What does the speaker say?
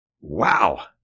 wow